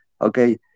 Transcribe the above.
okay